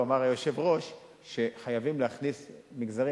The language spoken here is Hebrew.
אמר היושב-ראש שחייבים להכניס מגזרים